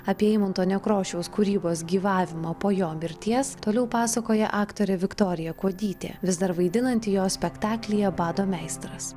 apie eimunto nekrošiaus kūrybos gyvavimą po jo mirties toliau pasakoja aktorė viktorija kuodytė vis dar vaidinanti jo spektaklyje bado meistras